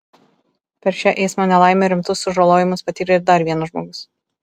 per šią eismo nelaimę rimtus sužalojimus patyrė ir dar vienas žmogus